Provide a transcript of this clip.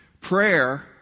Prayer